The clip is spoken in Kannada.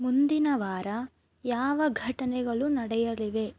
ಮುಂದಿನ ವಾರ ಯಾವ ಘಟನೆಗಳು ನಡೆಯಲಿವೆ